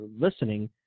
listening –